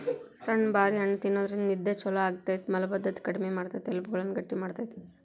ಸಣ್ಣು ಬಾರಿ ಹಣ್ಣ ತಿನ್ನೋದ್ರಿಂದ ನಿದ್ದೆ ಚೊಲೋ ಆಗ್ತೇತಿ, ಮಲಭದ್ದತೆ ಕಡಿಮಿ ಮಾಡ್ತೆತಿ, ಎಲಬುಗಳನ್ನ ಗಟ್ಟಿ ಮಾಡ್ತೆತಿ